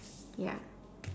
ya